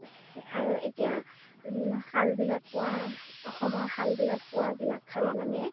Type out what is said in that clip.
আৰু এতিয়া খাল বিলত পোৱা অসমৰ খাল বিলত পোৱাবিলাক খালে মানে